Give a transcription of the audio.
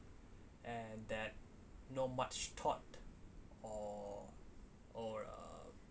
and that no much thought or or uh